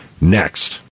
Next